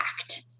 Act